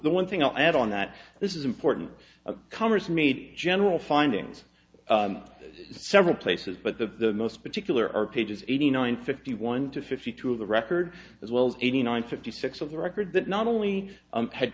the one thing i'll add on that this is important congress made general findings several places but the most particular are pages eighty nine fifty one to fifty two of the record as well eighty nine fifty six of the record that not only